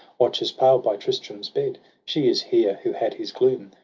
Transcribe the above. watches pale by tristram's bed. she is here who had his gloom,